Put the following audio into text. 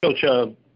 Coach